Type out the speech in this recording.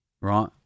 right